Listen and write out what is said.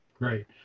Great